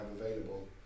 available